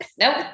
Nope